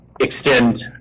extend